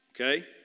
Okay